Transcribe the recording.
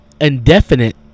indefinite